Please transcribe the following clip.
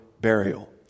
burial